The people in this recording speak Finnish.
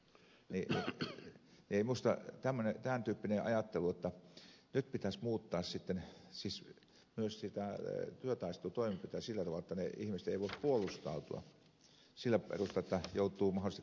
ei minusta ole oikein tämän tyyppinen ajattelu jotta nyt pitäisi muuttaa sitten myös niitä työtaistelutoimenpiteitä sillä tavalla että ne ihmiset eivät voi puolustautua sillä perusteella että joutuvat mahdollisesti korvauksiin